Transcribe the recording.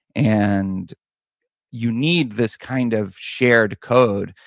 and you need this kind of shared code,